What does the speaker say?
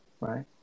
right